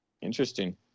Interesting